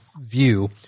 view